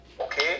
okay